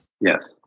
Yes